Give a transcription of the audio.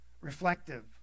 reflective